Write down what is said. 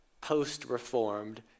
post-reformed